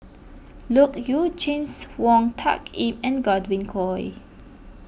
Loke Yew James Wong Tuck Yim and Godwin Koay